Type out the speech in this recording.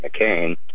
McCain